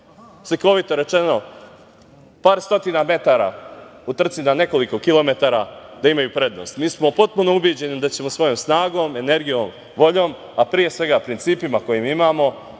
slikovito rečeno, par stotina metara u trci na nekoliko kilometara da imaju prednost. Mi smo potpuno ubeđeni da ćemo svojom snagom, energijom, voljom, a pre svega principima koje imamo